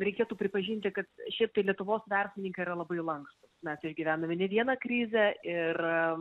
reikėtų pripažinti kad šiaip tai lietuvos verslininkai yra labai lankstūs mes išgyvenome ne vieną krizę ir